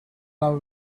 done